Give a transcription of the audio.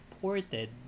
ported